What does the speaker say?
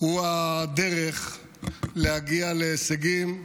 הם הדרך להגיע להישגים,